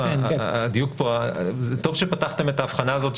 טוב שפתחתם את ההבחנה הזאת,